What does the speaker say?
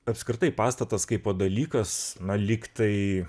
apskritai pastatas kaipo dalykas na lyg tai